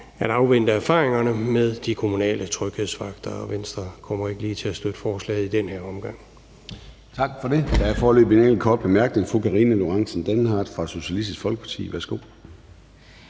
at afvente erfaringerne med de kommunale tryghedsvagter, og Venstre kommer ikke lige til at støtte forslaget i den her omgang. Kl. 18:21 Formanden (Søren Gade): Tak for det. Der er foreløbig en enkelt kort bemærkning. Fru Karina Lorentzen Dehnhardt fra Socialistisk Folkeparti. Værsgo.